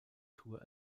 tour